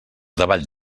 davall